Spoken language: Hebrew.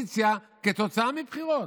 לאופוזיציה כתוצאה מבחירות.